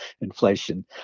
inflation